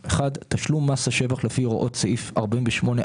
תשלום מס השבח לפי הוראות סעיף 48א(ב1)